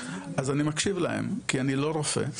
אז אני מקשיב להם כי אני לא רופא,